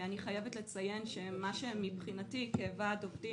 ואני חייבת לציין שמה שמבחינתי כוועד עובדים,